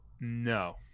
no